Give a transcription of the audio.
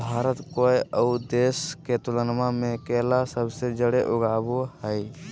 भारत कोय आउ देश के तुलनबा में केला सबसे जाड़े उगाबो हइ